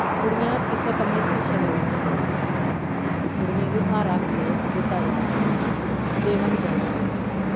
कुड़ियां किसै कम्मे च पिच्छें निं रौह्नियां चाहिदियां कुड़ियें गी हर हक्क दित्ता जाह्ग ते देना बी चाहिदा